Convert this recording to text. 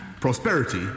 prosperity